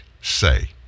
say